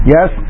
Yes